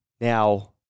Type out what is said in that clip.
Now